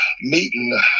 meeting